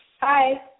Hi